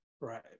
right